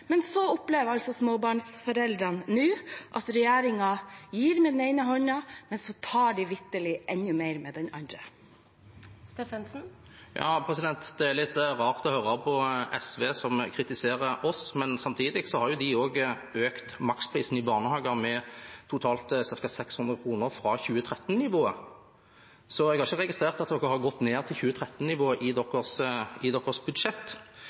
men så opplever småbarnsforeldrene nå at regjeringen gir med den ene hånden, og så tar de vitterlig enda mer med den andre. Det er litt rart å høre SV kritisere oss, for samtidig har de også økt maksprisen i barnehager med totalt ca. 600 kr fra 2013-nivået. Jeg har ikke registrert at de har gått ned til 2013-nivået i